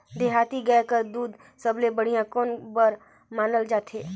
देहाती गाय कर दूध सबले बढ़िया कौन बर मानल जाथे?